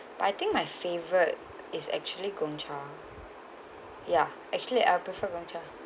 but I think my favourite is actually Gongcha actually I prefer Gongcha